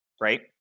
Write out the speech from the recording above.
right